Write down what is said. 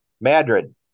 Madrid